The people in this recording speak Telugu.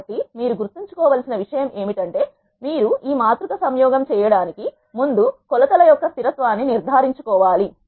కాబట్టి మీరు గుర్తుంచుకో వలసిన ఒక విషయం ఏమిటంటే మీరు ఈ మాతృక సంయోగం చేయడానికి ముందు కొల తల యొక్క స్థిరత్వాన్ని నిర్ధారించుకోవాలి